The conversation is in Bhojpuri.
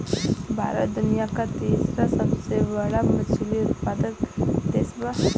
भारत दुनिया का तीसरा सबसे बड़ा मछली उत्पादक देश बा